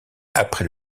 après